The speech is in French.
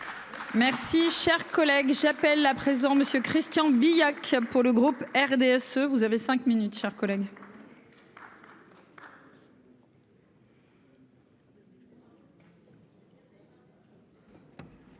Merci, cher collègue chapelle là présent Monsieur Christian Billac. Pour le groupe RDSE, vous avez 5 minutes chers collègues.